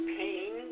pain